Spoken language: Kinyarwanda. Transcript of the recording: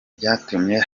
byatumye